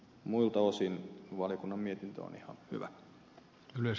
muilta osin valiokunnan mietintö on ihan hyvä